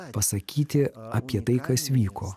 pasakyti apie tai kas vyko